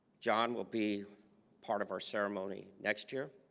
john will be part of our ceremony next year